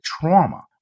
trauma